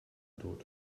tot